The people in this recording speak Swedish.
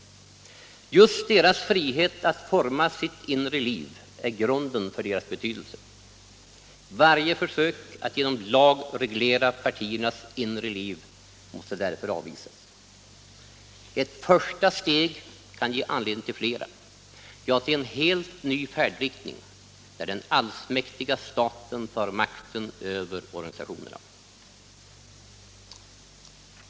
Just deras frihet att forma sitt inre liv är grunden för deras betydelse. Varje försök att genom lag reglera partiernas inre liv måste därför avvisas. Ett första steg kan ge anledning till flera, ja till en helt ny färdriktning, där den allsmäktiga staten tar makten över organisationerna.